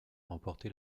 remporté